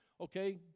Okay